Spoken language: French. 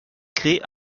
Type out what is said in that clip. crée